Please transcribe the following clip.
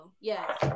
Yes